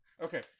Okay